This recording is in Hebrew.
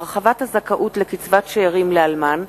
(הרחבת הזכאות לקצבת שאירים לאלמן),